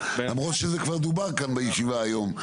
למרות שזה כבר דובר בישיבה היום.